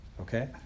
Okay